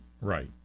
Right